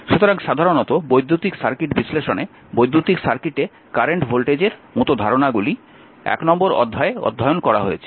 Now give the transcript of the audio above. সুতরাং সাধারণত বৈদ্যুতিক সার্কিট বিশ্লেষণে বৈদ্যুতিক সার্কিটে কারেন্ট ভোল্টেজের মতো ধারণাগুলি 1 নম্বর অধ্যায়ে অধ্যয়ন করা হয়েছে